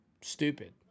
stupid